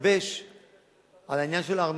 להתלבש על העניין של הארנונה.